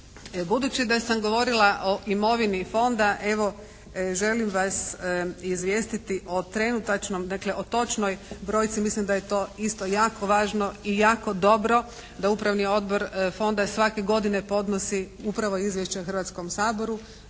Budući da sam govorila o imovini fonda evo, želim vas izvijestiti o trenutačnom dakle, o točnoj brojci, mislim da je to isto jako važno i jako dobro da upravni odbor fonda svake godine podnosi upravo izvješće Hrvatskom saboru,